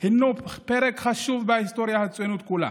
הינו פרק חשוב בהיסטוריה הציונית כולה,